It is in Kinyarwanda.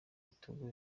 bitugu